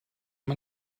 man